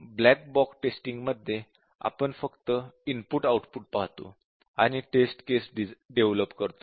black box testing मध्ये आपण फक्त इनपुट आउटपुट पाहतो आणि टेस्ट केस डेव्हलप करतो